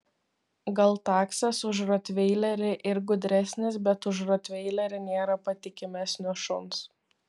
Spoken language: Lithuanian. gal taksas už rotveilerį ir gudresnis bet už rotveilerį nėra patikimesnio šuns